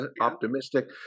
optimistic